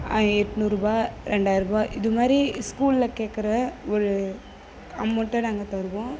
எண்நூறுபா ரெண்டாயரரூபா இதுமாதிரி ஸ்கூலில் கேட்குற ஒரு அமௌண்ட்டை நாங்கள் தருவோம்